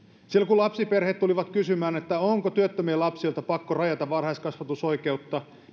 silloin kun lapsiperheet tulivat kysymään onko työttömien lapsilta pakko rajata varhaiskasvatusoikeutta